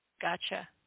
Gotcha